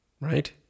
right